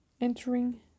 entering